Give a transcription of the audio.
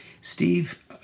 Steve